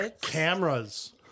cameras